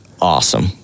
awesome